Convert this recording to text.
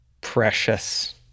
precious